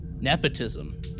Nepotism